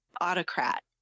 autocrat